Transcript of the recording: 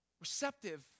Receptive